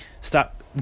Stop